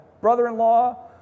brother-in-law